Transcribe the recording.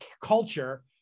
culture